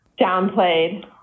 downplayed